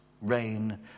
rain